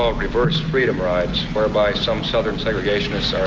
um reverse freedom rides, whereby some southern segregationists are